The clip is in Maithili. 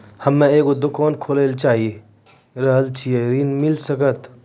हम्मे एगो दुकान खोले ला चाही रहल छी ऋण मिल सकत?